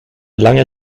lange